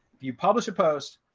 if you publish a post,